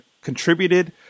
contributed